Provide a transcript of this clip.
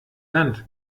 land